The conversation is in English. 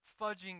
fudging